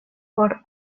por